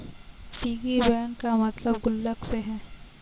piggy bank का मतलब गुल्लक से है